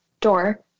door